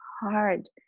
hard